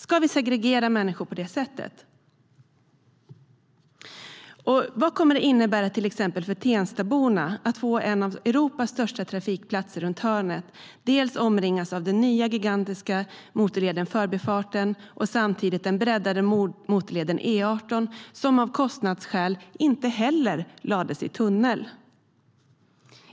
Ska vi segregera människor på det sättet? Vad kommer det att innebära för till exempel Tenstaborna att få en av Europas största trafikplatser runt hörnet, omringas av den nya gigantiska motorleden Förbifarten och samtidigt ha den breddade motorleden E18, som av kostnadsskäl inte heller lades i tunnel?